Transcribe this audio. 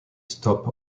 stop